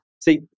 See